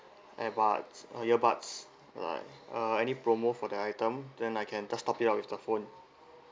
airbuds uh earbuds like uh any promo for the item then I can just top it up with the phone